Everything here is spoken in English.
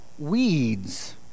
Weeds